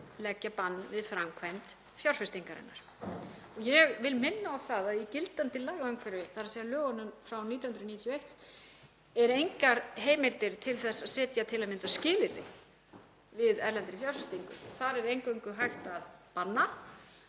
leggja bann við framkvæmd fjárfestingarinnar. Ég vil minna á að í gildandi lagaumhverfi, í lögunum frá 1991, eru engar heimildir til þess að setja til að mynda skilyrði við erlendri fjárfestingu. Þar er eingöngu hægt að banna.